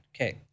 Okay